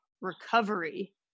recovery